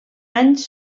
anys